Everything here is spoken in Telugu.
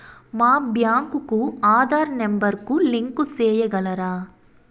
మా బ్యాంకు కు ఆధార్ నెంబర్ కు లింకు సేయగలరా?